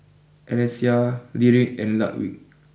Alesia Lyric and Ludwig